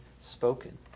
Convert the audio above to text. spoken